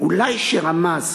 אולי שרמז